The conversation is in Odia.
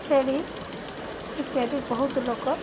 ଛେଳି ଇତ୍ୟାଦି ବହୁତ ଲୋକ